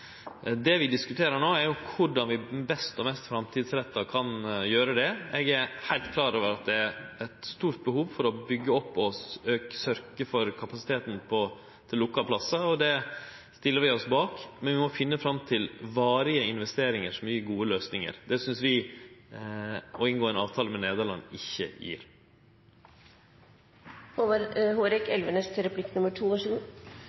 Det vi diskuterer no, er korleis vi best og mest framtidsretta kan gjere det. Eg er heilt klar over at det er eit stort behov for å byggje opp og sørgje for kapasiteten innan lukka plassar, og det stiller vi oss bak, men vi må finne fram til varige investeringar som gjev gode løysingar. Det synest vi at det å inngå ein avtale med Nederland, ikkje